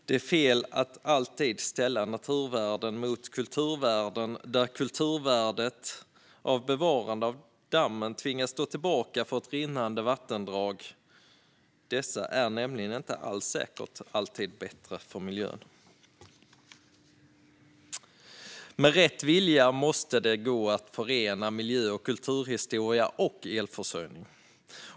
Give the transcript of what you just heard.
Det är fel att ställa naturvärden mot kulturvärden om kulturvärdet av bevarande av dammen alltid tvingas stå tillbaka för fritt rinnande vattendrag. Det är nämligen inte alls säkert att dessa alltid är bättre för miljön. Med rätt vilja måste det gå att förena miljö, kulturhistoria och elförsörjning.